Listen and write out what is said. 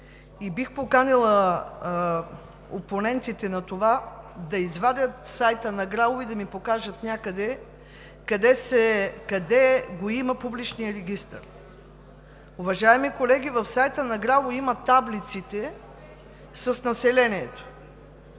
и бих поканила опонентите на това да извадят сайта на ГРАО и да ми покажат къде го има Публичния регистър. Уважаеми колеги, в сайта на ГРАО има таблиците с населението.